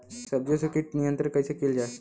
सब्जियों से कीट नियंत्रण कइसे कियल जा?